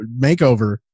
makeover